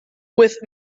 with